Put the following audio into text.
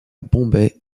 bombay